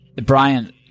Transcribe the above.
Brian